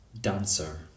dancer